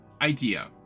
idea